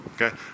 Okay